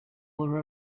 were